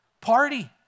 Party